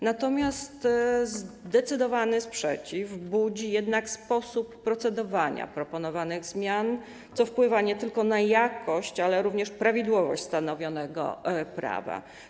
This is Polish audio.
Natomiast zdecydowany sprzeciw budzi sposób procedowania proponowanych zmian, co wpływa nie tylko na jakość, ale również prawidłowość stanowionego prawa.